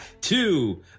Two